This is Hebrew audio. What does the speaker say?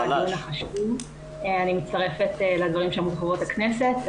אני מצטרפת לדברים שאמרו חברות הכנסת.